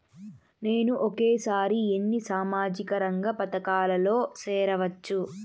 నేను ఒకేసారి ఎన్ని సామాజిక రంగ పథకాలలో సేరవచ్చు?